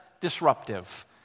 disruptive